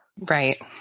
Right